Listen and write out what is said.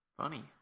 Funny